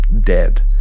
dead